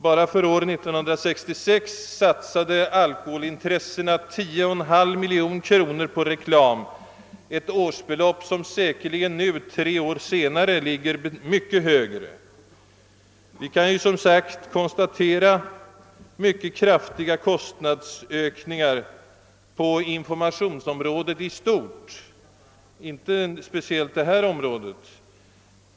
Bara under år 1966 satsade alkoholintressena 10,5 miljoner kronor på reklam — ett belopp som nu, tre år senare, säkerligen ligger mycket högre. Vi kan som sagt konstatera mycket kraftiga kostnadsökningar på informationsområdet i stort — inte speciellt på detta område.